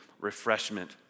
refreshment